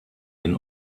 den